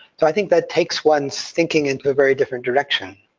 so i think that takes one's thinking into a very different direction.